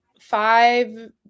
five